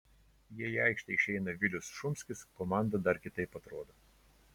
jei į aikštę išeina vilius šumskis komanda dar kitaip atrodo